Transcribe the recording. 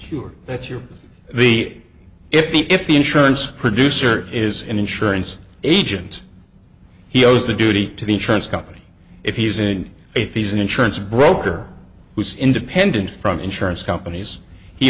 insure that you're the if the if the insurance producer is an insurance agent he owes the duty to the trance company if he's in if he's an insurance broker who's independent from insurance companies he